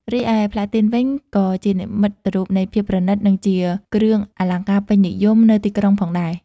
រីឯផ្លាទីនវិញក៏ជានិមិត្តរូបនៃភាពប្រណិត និងជាគ្រឿងអលង្ការពេញនិយមនៅទីក្រុងផងដែរ។